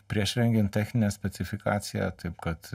prieš rengiant techninę specifikaciją taip kad